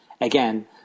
Again